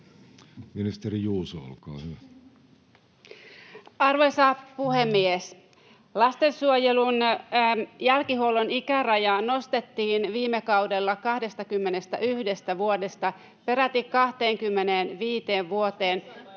Time: 16:50 Content: Arvoisa puhemies! Lastensuojelun jälkihuollon ikärajaa nostettiin viime kaudella 21 vuodesta peräti 25 vuoteen.